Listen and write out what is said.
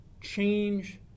change